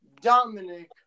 Dominic